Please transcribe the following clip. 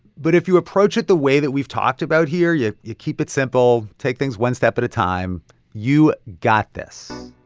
but if you approach it the way that we've talked about here you you keep it simple, take things one step at a time you got this